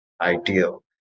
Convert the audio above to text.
ideal